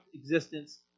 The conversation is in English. existence